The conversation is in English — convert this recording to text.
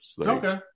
Okay